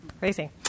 racing